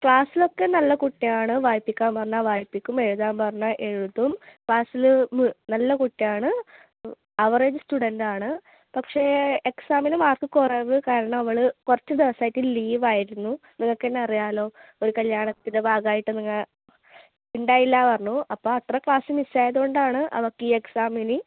ക്ലാസ്സിൽ ഒക്കെ നല്ല കുട്ടി ആണ് വായിപ്പിക്കാൻ പറഞ്ഞാൽ വായിപ്പിക്കും എഴുതാൻ പറഞ്ഞാ എഴുതും ക്ലാസ്സിൽ നല്ല കുട്ടി ആണ് ആവറേജ് സ്റ്റുഡൻറ്റ് ആണ് പക്ഷെ എക്സാമിന് മാർക്ക് കുറവ് കാരണം അവൾ കുറച്ച് ദിവസമായിട്ട് ലീവ് ആയിരുന്നു നിങ്ങൾക്ക് തന്നെ അറിയാമല്ലോ ഒരു കല്ല്യാണത്തിൻ്റെ ഭാഗം ആയിട്ട് നിങ്ങൾ ഉണ്ടായില്ല പറഞ്ഞു അപ്പോൾ അത്ര ക്ലാസ് മിസ്സ് ആയത് കൊണ്ട് ആണ് അവൾക്ക് ഈ എക്സാമിന്